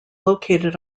located